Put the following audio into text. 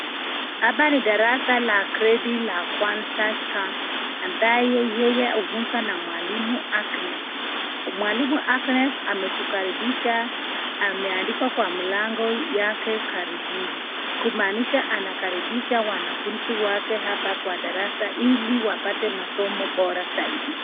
Hapa ni darasa la geredi la kwanza la C ambaye yeye hufunza na mwalimu Agnes. Mwalimu Agnes ametukaribisha, ameandika kwa mlango yake karibuni, kumaanisha anakaribisha wanafunzi wake hapa kwa darasa ili wapate masomo bora zaidi.